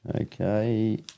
Okay